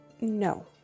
No